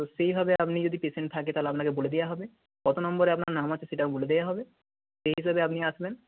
তো সেইভাবে আপনি যদি পেশেন্ট থাকে তাহলে আপনাকে বলে দেওয়া হবে কত নম্বরে আপনার নাম আছে সেটাও বলে দেওয়া হবে সেই হিসাবে আপনি আসবেন